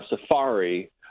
safari